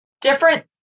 different